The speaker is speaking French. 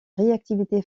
réactivité